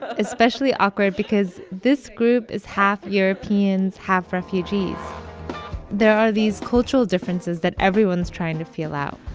especially awkward because this group is half europeans, half refugees there are these cultural differences that everyone is trying to feel out